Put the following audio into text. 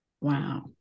wow